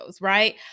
right